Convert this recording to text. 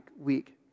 week